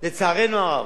לצערנו הרב,